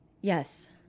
Yes